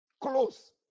Close